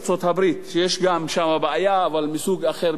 שגם שמה יש בעיה אבל מסוג אחר בתחום הדיור,